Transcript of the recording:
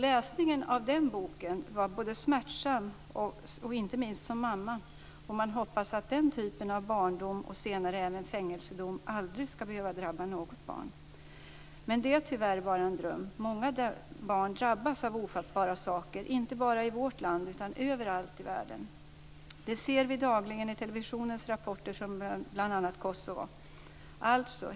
Läsningen av boken var smärtsam, inte minst för en mamma, och man hoppas att den typen av barndom och senare även fängelsedom aldrig skall behöva drabba något barn. Men det är tyvärr bara en dröm. Många barn drabbas av ofattbara saker, inte bara i vårt land utan överallt i världen. Det ser vi dagligen i televisionens rapporter från bl.a. Kosovo.